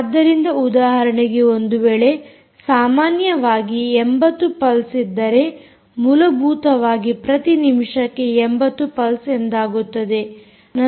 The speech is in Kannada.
ಆದ್ದರಿಂದ ಉದಾಹರಣೆಗೆ ಒಂದು ವೇಳೆ ಸಾಮಾನ್ಯವಾಗಿ 80 ಪಲ್ಸ್ ಇದ್ದರೆ ಮೂಲಭೂತವಾಗಿ ಪ್ರತಿ ನಿಮಿಷಕ್ಕೆ 80 ಪಲ್ಸ್ ಎಂದಾಗುತ್ತದೆ